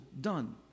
done